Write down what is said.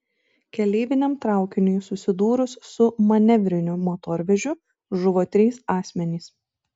keleiviniam traukiniui susidūrus su manevriniu motorvežiu žuvo trys asmenys